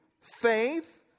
faith